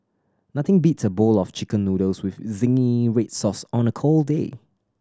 nothing beats a bowl of Chicken Noodles with zingy red sauce on a cold day